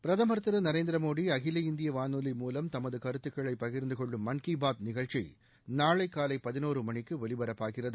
பிரதமர் திரு நரேந்திர மோடி அகில இந்திய வானொலி மூலம் தமது கருத்துக்களை பகிர்ந்து கொள்ளும் மன் கி பாத் நிகழ்ச்சி நாளை காலை பதினோரு மணிக்கு ஒலிபரப்பாகிறது